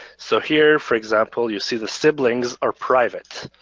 so here for example you see the siblings are private.